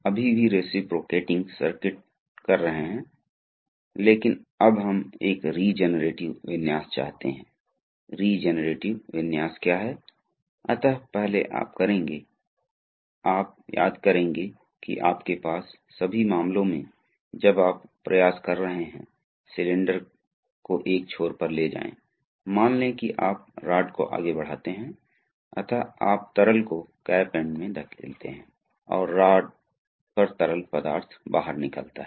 तो इन तीन प्रकार के पंपों को देखकर हम एक नज़र डालेंगे अब हम इस पर एक नज़र डालेंगे हमने यह देखा है कि द्रव को किस तरह से दबाया और दबाव बनाया जाएगा हमने मोटर को भी देखा है जो जहां दबावयुक्त द्रव हो सकता है एक घूर्णी गति पैदा कर सकता है हम एक अन्य प्रकार का एक्चुएटर देखेंगे जहां यह रैखिक गति बनाता है